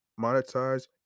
monetize